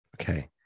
okay